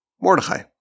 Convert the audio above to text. Mordechai